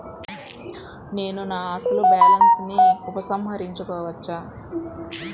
నేను నా అసలు బాలన్స్ ని ఉపసంహరించుకోవచ్చా?